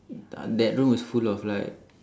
that room is full of like